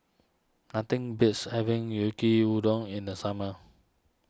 nothing beats having Yu Kee Udon in the summer